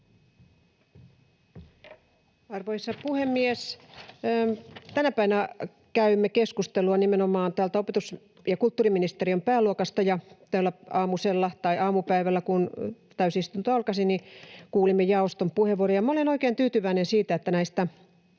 Arvoisa puhemies! Tänä päivänä käymme keskustelua nimenomaan täältä opetus‑ ja kulttuuriministeriön pääluokasta, ja täällä aamusella tai aamupäivällä, kun täysistunto alkoi, kuulimme jaoston puheenvuoron. Minä olen oikein tyytyväinen siitä, että näistä